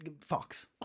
Fox